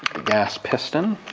gas piston